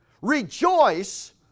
rejoice